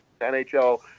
NHL